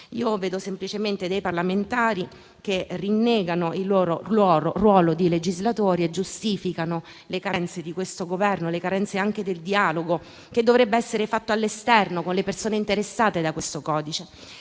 Io vedo semplicemente dei parlamentari che rinnegano il loro ruolo di legislatori e giustificano le carenze di questo Governo, anche nel dialogo che dovrebbe essere fatto all'esterno con le persone interessate dal codice.